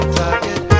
target